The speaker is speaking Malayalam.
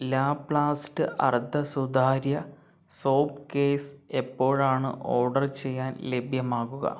ലാപ്ലാസ്റ്റ് അർദ്ധ സുതാര്യ സോപ്പ് കേസ് എപ്പോഴാണ് ഓർഡർ ചെയ്യാൻ ലഭ്യമാകുക